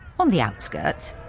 on the outskirts.